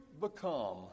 become